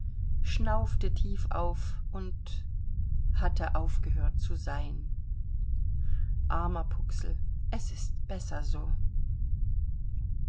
schnaufte tief auf und hatte aufgehört zu sein armer puxl es ist besser so